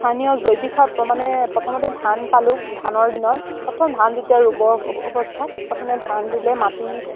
স্থানীয় জৈৱিক সাৰ মানে প্ৰথমতে ধান পালোঁ ধানৰ দিনত প্ৰথম ধান যেতিয়া ৰুবৰ অৱস্থাত প্ৰথমে ধান দিলে মাটি